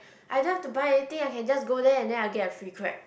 I don't have to buy anything I can just go there and then I'll get a free crab